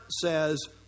says